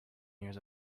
years